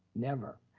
never,